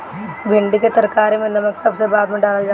भिन्डी के तरकारी में नमक सबसे बाद में डालल जाला